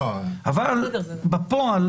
אבל בפועל